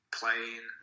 playing